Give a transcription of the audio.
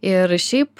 ir šiaip